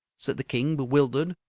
said the king, bewildered.